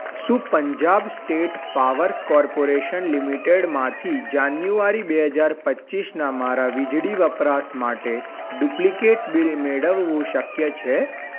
શું Punjab state power corporation લિમિટેડમાંથી જાન્યુઆરી બે હજાર પચીસના મારા વીજળી વપરાશ માટે ડુપ્લિકેટ બિલ મેળવવું શક્ય છે